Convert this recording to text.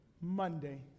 Monday